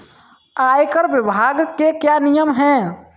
आयकर विभाग के क्या नियम हैं?